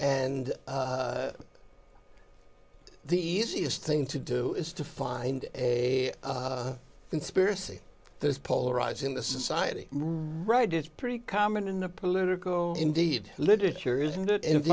and the easiest thing to do is to find a conspiracy there's polarize in the society right it's pretty common in the political indeed literature i